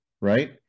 right